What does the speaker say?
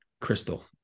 crystal